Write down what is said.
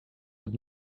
had